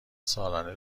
سالانه